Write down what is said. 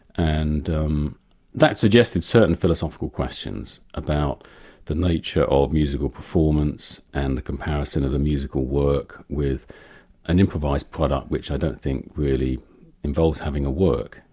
and um that suggested certain philosophical questions about the nature of musical performance and comparison of the musical work with an improvised product which i don't think really involves having a work,